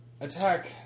Attack